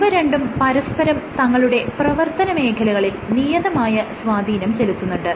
ഇവ രണ്ടും പരസ്പരം തങ്ങളുടെ പ്രവർത്തന മേഖലകളിൽ നിയതമായ സ്വാധീനം ചെലുത്തുന്നുണ്ട്